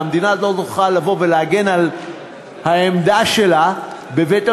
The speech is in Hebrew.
והמדינה לא תוכל לבוא ולהגן על העמדה שלה בבית-המשפט,